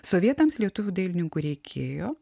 sovietams lietuvių dailininkų reikėjo